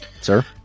sir